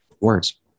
Words